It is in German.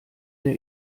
der